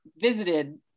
visited